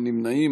אין נמנעים.